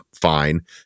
fine